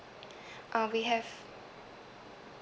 uh we have